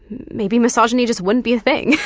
maybe misogyny just wouldn't be a thing,